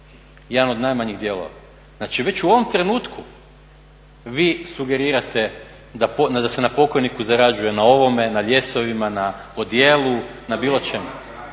jedan od najmanjih dijelova. Znači, već u ovom trenutku vi sugerirate da se na pokojniku zarađuje na ovome, na ljesovima, na odijelu, na bilo čemu.